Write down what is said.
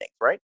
right